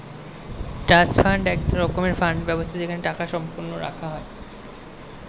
trust fund এক রকমের fund ব্যবস্থা যেখানে টাকা সম্পদ রাখা হয়